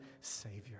Savior